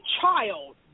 child